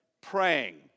praying